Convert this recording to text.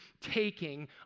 taking